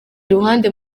ruhande